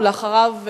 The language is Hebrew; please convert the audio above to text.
ולאחריו,